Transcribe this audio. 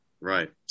Right